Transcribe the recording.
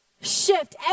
shift